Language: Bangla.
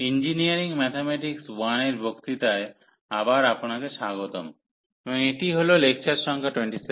ইঞ্জিনিয়ারিং ম্যাথমেটিক্স 1 এর বক্তৃতায় আবার আপনাকে স্বাগতম এবং এটি হল লেকচার সংখ্যা 27